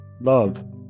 love